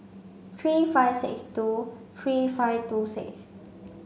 three five six two three five two six